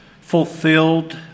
fulfilled